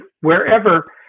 wherever